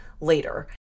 later